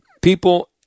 people